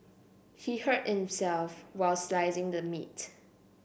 he hurt himself while slicing the meat